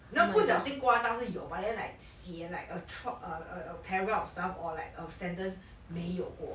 you know 不小心挂到会有 but then like 写 like a trout a a a paragraph of stuff or like a sentence 没有过